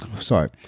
sorry